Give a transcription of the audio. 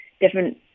different